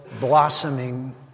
blossoming